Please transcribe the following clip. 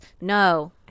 No